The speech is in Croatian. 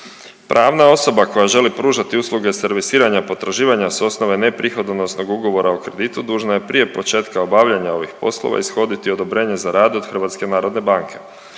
Pravna osoba koja želi pružati usluge servisiranja potraživanja s osnove neprihodonosnog ugovora o kreditu, dužna je prije početka obavljanja ovih poslova ishoditi odobrenje za rad od HNB. Naglašavamo